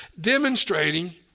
demonstrating